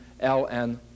ln